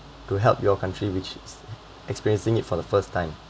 to help your country which is experiencing it for the first time